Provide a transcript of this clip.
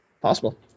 possible